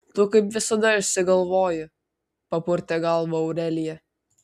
tu kaip visada išsigalvoji papurtė galvą aurelija